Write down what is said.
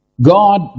God